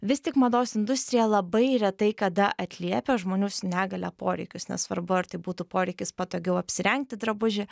vis tik mados industrija labai retai kada atliepia žmonių su negalia poreikius nesvarbu ar tai būtų poreikis patogiau apsirengti drabužį